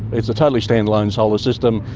it's a totally stand-alone solar system,